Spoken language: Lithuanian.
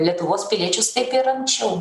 lietuvos piliečius kaip ir anksčiau